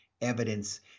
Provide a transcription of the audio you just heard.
evidence